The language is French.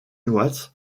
watts